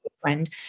friend